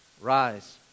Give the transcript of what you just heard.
Rise